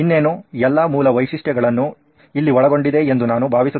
ಎಲ್ಲಾ ಮೂಲ ವೈಶಿಷ್ಟ್ಯಗಳನ್ನು ಇಲ್ಲಿ ಒಳಗೊಂಡಿದೆ ಎಂದು ನಾನು ಭಾವಿಸುತ್ತೇನೆ